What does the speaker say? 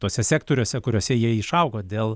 tuose sektoriuose kuriuose jie išaugo dėl